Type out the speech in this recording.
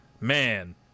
man